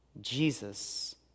Jesus